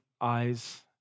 eyes